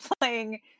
playing